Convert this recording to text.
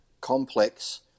complex